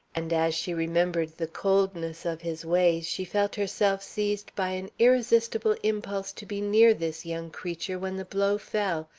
and as she remembered the coldness of his ways, she felt herself seized by an irresistible impulse to be near this young creature when the blow fell,